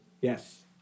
Yes